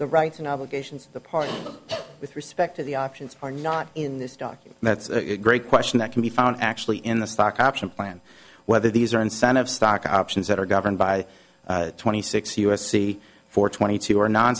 the rights and obligations of the party with respect to the options are not in this dock that's a great question that can be found actually in the stock option plan whether these are incentive stock options that are governed by twenty six us c four twenty two or non